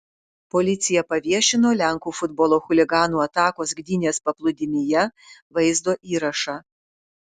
policija paviešino lenkų futbolo chuliganų atakos gdynės paplūdimyje vaizdo įrašą